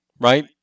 right